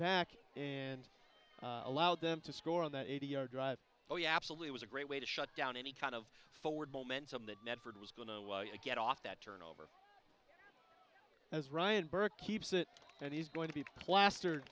back and allowed them to score on that eighty yard drive oh yeah absolutely it was a great way to shut down any kind of forward momentum that medford was going to get off that turnover as ryan burke keeps it and he's going to be plastered